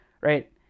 right